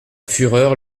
fureur